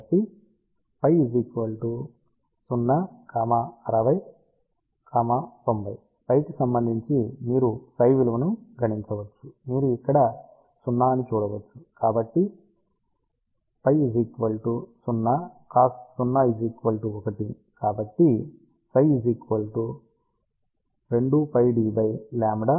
కాబట్టి 0 60 90 కి సంబంధించి మీరు ψ విలువను గణించవచ్చు మీరు ఇక్కడ 0 అని చూడవచ్చు కాబట్టి 0 cos 0 1